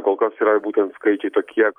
kol kas yra būtent skaičiai tokie